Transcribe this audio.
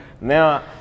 now